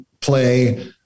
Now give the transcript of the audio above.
play